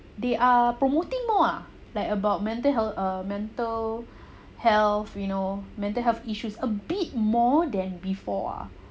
they are promoting more ah like about mental health uh mental health you know mental health issues a bit more than before ah